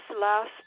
last